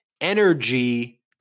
energy